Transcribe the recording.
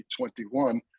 2021